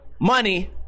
money